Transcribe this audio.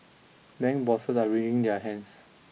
bank bosses are wringing their hands